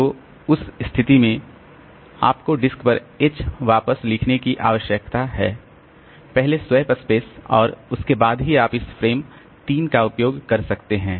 तो उस स्थिति में आपको डिस्क पर H वापस लिखने की आवश्यकता है पहले स्वैप स्पेस और उसके बाद ही आप इस फ्रेम 3 का उपयोग कर सकते हैं